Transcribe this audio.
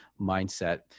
mindset